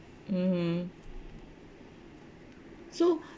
mmhmm so